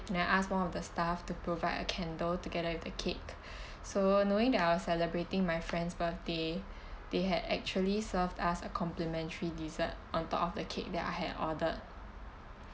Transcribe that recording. and I asked one of the staff to provide a candle together with the cake so knowing that I was celebrating my friend's birthday they had actually served us a complimentary dessert on top of the cake that I had ordered